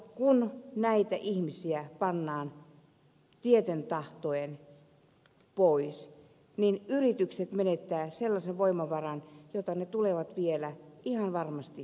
kun näitä ihmisiä pannaan tieten tahtoen pois niin yritykset menettävät sellaisen voimavaran että ne tulevat vielä ihan varmasti katumaan